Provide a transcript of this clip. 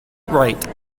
right